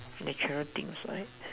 natural things right